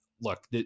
look